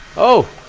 oh.